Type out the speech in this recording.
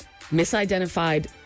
misidentified